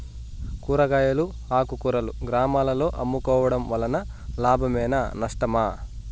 కూరగాయలు ఆకుకూరలు గ్రామాలలో అమ్ముకోవడం వలన లాభమేనా నష్టమా?